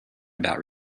about